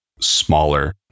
smaller